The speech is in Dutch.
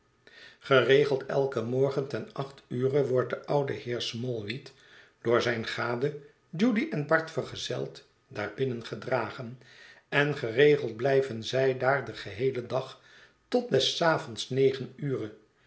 geregeld eiken morgen ten acht ure wordt de oude heer smallweed door zijne gade judy en bart vergezeld daarbinnen gedragen en geregeld blijven zij daar den geheelen dag tot des avonds negen ure